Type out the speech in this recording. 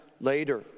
later